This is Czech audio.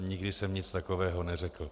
Nikdy jsem nic takového neřekl.